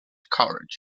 carriage